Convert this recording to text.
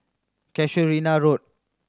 Casuarina Road